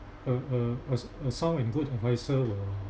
a a a a sound and good advisor will